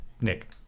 Nick